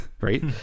right